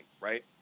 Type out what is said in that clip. right